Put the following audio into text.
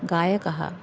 गायकः